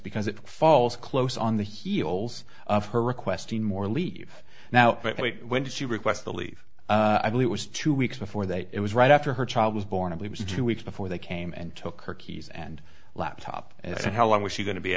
because it falls close on the heels of her requesting more leave now when she requests the leave i believe was two weeks before that it was right after her child was born it was two weeks before they came and took her keys and laptop and how long was she going to be